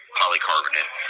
polycarbonate